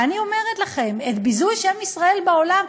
ואני אומרת לכם: את ביזוי שם ישראל בעולם?